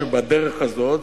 בדרך הזו,